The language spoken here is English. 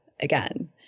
Again